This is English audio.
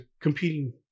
competing